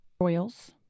Royals